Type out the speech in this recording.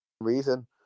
reason